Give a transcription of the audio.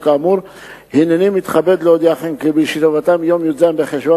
לתיקון פקודת העיריות (מס' 118) (אבטחת ראש העירייה ועובדים בכירים),